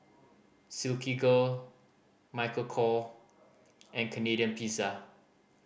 Silkygirl Michael Kor and Canadian Pizza